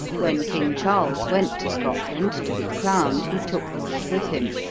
when king charles went to scotland to be crowned, he took laud with him.